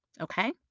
okay